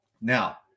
Now